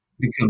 become